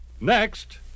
Next